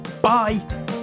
Bye